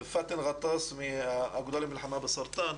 פאתן ג'טאס מהאגודה למלחמה בסרטן,